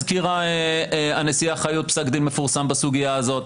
הזכירה הנשיאה חיות פסק דין מפורסם בסוגיה הזאת?